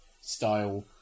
style